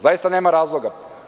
Zaista nema razloga.